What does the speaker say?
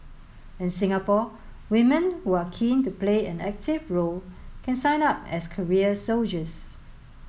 in Singapore women who are keen to play an active role can sign up as career soldiers